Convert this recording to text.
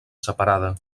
separada